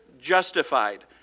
justified